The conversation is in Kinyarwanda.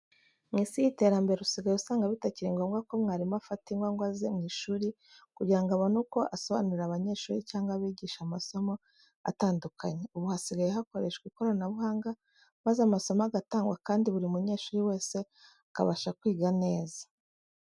Mu isi y'iterambere usigaye usanga bitakiri ngombwa ko mwarimu afata ingwa ngo aze mu ishuri kugira ngo abone uko asobanurira abanyeshuri cyangwa abigisha amasomo atandukanye. Ubu hasigaye hakoreshwa ikoranabuhanga maze amasomo agatangwa kandi buri munyeshuri wese akabasha kwiga neza.